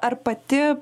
ar pati